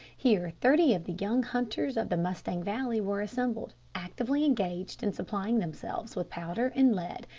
here thirty of the young hunters of the mustang valley were assembled, actively engaged in supplying themselves with powder and lead,